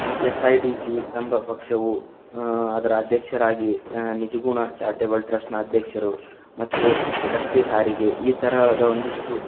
S I D C ಎಂಬ ಪಕ್ಷವು ಅದರ ಅಧ್ಯಕ್ಷರಾಗಿ ನಿಜಗುಣ ಚಾರಿಟೇಬಲ್ ಟ್ರಸ್ಟ್ನ ಅಧ್ಯಕ್ಷರು ಮತ್ತು ರಸ್ತೆ ಸಾರಿಗೆ ಈ ತರಹದ ಒಂದಿಷ್ಟು